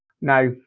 Now